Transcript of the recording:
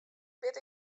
wit